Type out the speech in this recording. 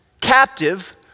captive